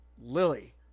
Lily